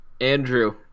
Andrew